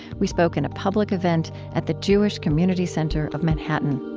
we spoke in a public event at the jewish community center of manhattan